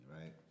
right